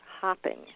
hopping